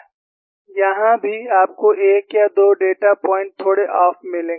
यहां भी आपको 1 या 2 डेटा पॉइंट थोड़े ऑफ मिलेंगे